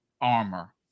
armor